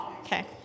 Okay